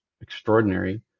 extraordinary